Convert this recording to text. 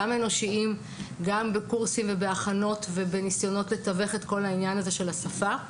גם אנושיים וגם בקורסים ובהכנות ובניסיונות לתווך את כל העניין של השפה.